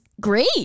Great